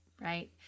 right